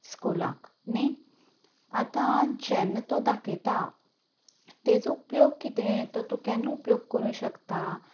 स्कुलाक न्ही आतां जेन्ना तो दाखयता ताचो उपयोग कितें तो तूं केन्ना उपयोग करूंक शकता